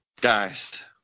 guys